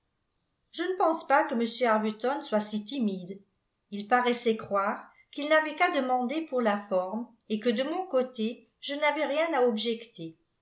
je ne pense pas que m arbuton soit si timide il paraissait croire qu'il n'avait qu'à demander pour la forme et que de mon côté je n'avais rien à objecter